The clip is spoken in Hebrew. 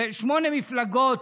שמונה מפלגות